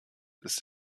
ist